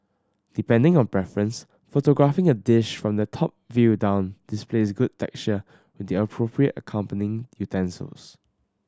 depending on preference photographing a dish from the top view down displays good texture with the appropriate accompanying utensils